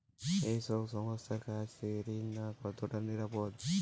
এই সব সংস্থার কাছ থেকে ঋণ নেওয়া কতটা নিরাপদ?